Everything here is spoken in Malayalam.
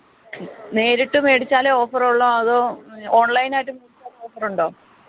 നേരിട്ട് മേടിച്ചാലെ ഓഫറൊള്ളോ അതോ ഓണ്ലൈനായിട്ട് മേടിച്ചാലും ഓഫറൊണ്ടോ